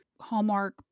Hallmark